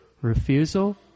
Refusal